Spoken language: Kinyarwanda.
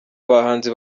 abahanzi